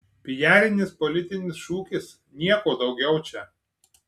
pijarinis politinis šūkis nieko daugiau čia